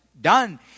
done